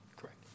Correct